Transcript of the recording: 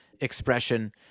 expression